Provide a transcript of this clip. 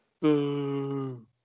Boo